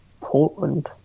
Portland